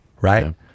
Right